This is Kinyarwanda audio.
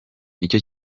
nicyo